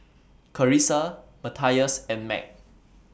Carisa Matthias and Meg